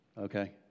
okay